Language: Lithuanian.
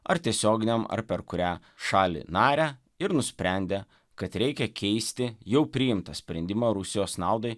ar tiesioginiam ar per kurią šalį narę ir nusprendė kad reikia keisti jau priimtą sprendimą rusijos naudai